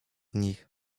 nich